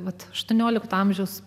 vat aštuoniolikto amžiaus